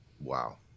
Wow